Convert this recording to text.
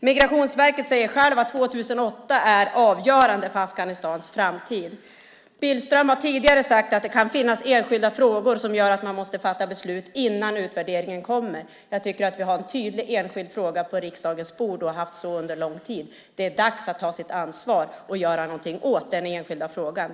Migrationsverket säger självt att 2008 är avgörande för Afghanistans framtid. Billström har tidigare sagt att det kan finnas enskilda frågor som gör att man måste fatta beslut innan utvärderingen kommer. Jag tycker att vi har en tydlig enskild fråga på riksdagens bord och har haft så under lång tid. Det är dags att ta sitt ansvar och göra någonting åt den enskilda frågan.